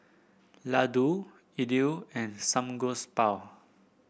Ladoo Idili and Samgeyopsal